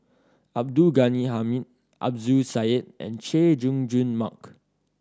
Abdul Ghani Hamid Zubir Said and Chay Jung Jun Mark